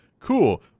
Cool